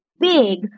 big